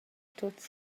tuts